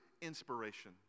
inspiration